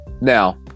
Now